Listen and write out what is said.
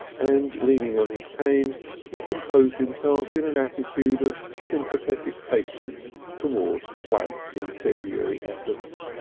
and leaning on his cane he composed himself in an attitude of sympathetic patience towards platt's incendiary efforts.